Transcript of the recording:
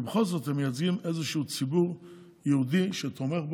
כי בכל זאת הם מייצגים איזשהו ציבור יהודי שתומך בהם,